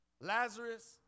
Lazarus